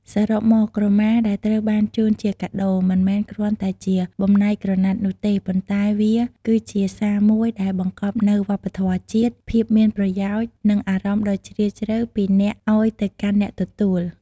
សរុបមក ក្រមាដែលត្រូវបានជូនជាកាដូ មិនមែនគ្រាន់តែជាបំណែកក្រណាត់នោះទេ ប៉ុន្តែវាគឺជា សារមួយដែលបង្កប់នូវវប្បធម៌ជាតិ ភាពមានប្រយោជន៍ និងអារម្មណ៍ដ៏ជ្រាលជ្រៅ ពីអ្នកឲ្យទៅកាន់អ្នកទទួល។